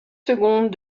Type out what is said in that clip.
secondes